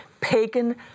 pagan